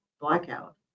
blackout